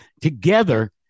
together